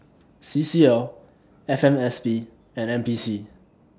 C C L F M S P and N P C